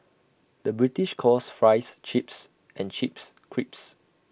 the British calls Fries Chips and Chips Crisps